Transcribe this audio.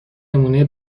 نمونهی